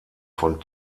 von